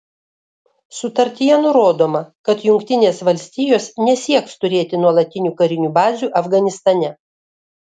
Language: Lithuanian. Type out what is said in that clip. sutartyje nurodoma kad jungtinės valstijos nesieks turėti nuolatinių karinių bazių afganistane